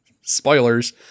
spoilers